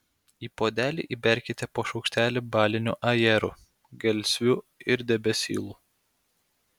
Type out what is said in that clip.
į puodelį įberkite po šaukštelį balinių ajerų gelsvių ir debesylų